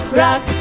rock